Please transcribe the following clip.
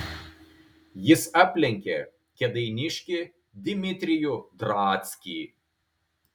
jis aplenkė kėdainiškį dimitrijų drackį